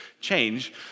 change